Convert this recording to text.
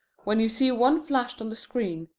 when you see one flashed on the screen,